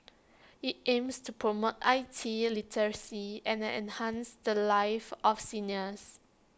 IT aims to promote I T literacy and enhance the lives of seniors